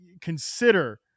consider